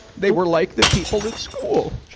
they were like the people at school.